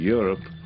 Europe